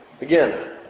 Again